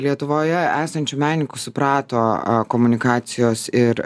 lietuvoje esančių menininkų suprato komunikacijos ir